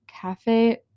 Cafe